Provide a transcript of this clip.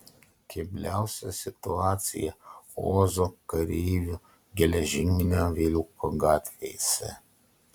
kebliausia situacija ozo kareivių geležinio vilko gatvėse